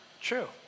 True